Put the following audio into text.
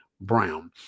Brown